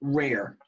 rare